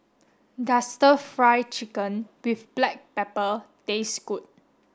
does stir fry chicken with black pepper taste good